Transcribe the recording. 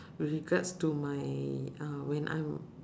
regards to my uh when I'm